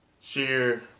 share